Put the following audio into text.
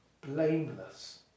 Blameless